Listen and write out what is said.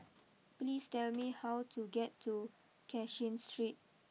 please tell me how to get to Cashin Street